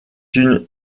une